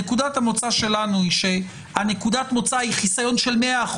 נקודת המוצא שלנו היא חיסיון של 100%,